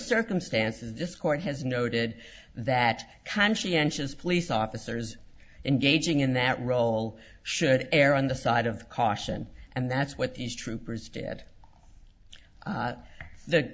circumstances this court has noted that conscientious police officers engaging in that role should err on the side of caution and that's what these troopers did